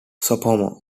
sophomore